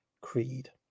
creed